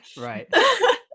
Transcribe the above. right